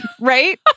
right